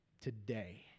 today